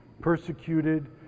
persecuted